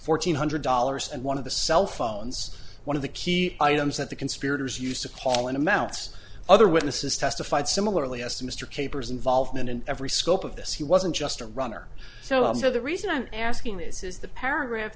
fourteen hundred dollars and one of the cell phones one of the key items that the conspirators used to call in amounts other witnesses testified similarly as to mr capers involvement in every scope of this he wasn't just a runner so i'm sure the reason i'm asking this is the paragraph